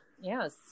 Yes